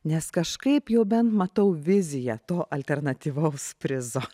nes kažkaip jau bent matau viziją to alternatyvaus prizo